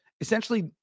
essentially